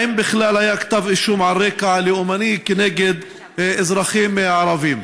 4. האם בכלל היה כתב אישום על רקע לאומני נגד אזרחים ערבים?